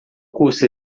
custa